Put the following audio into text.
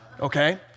Okay